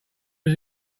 was